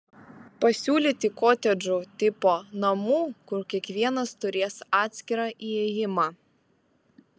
pasiūlyti kotedžų tipo namų kur kiekvienas turės atskirą įėjimą